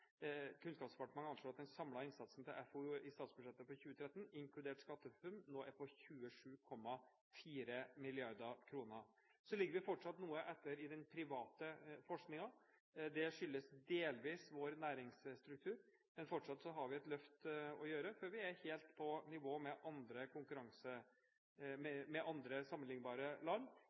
Kunnskapsdepartementet anslår at den samlede innsatsen til FoU i statsbudsjettet for 2013, inkludert SkatteFUNN, nå er på 27,4 mrd. kr. Så ligger vi fortsatt noe etter i den private forskningen. Det skyldes delvis vår næringsstruktur. Men fortsatt har vi et løft å gjøre før vi er helt på nivå med andre